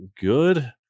good